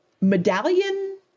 medallion